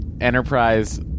Enterprise